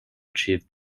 achieve